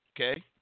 okay